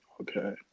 Okay